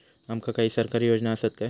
आमका काही सरकारी योजना आसत काय?